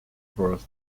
birth